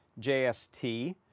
JST